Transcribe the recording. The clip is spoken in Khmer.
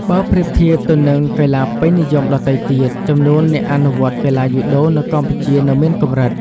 បើប្រៀបធៀបទៅនឹងកីឡាពេញនិយមដទៃទៀត ចំនួនអ្នកអនុវត្តកីឡាយូដូនៅកម្ពុជានៅមានកម្រិត ។